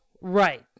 right